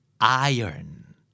Iron